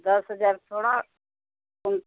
दस हज़ार थोड़ा कम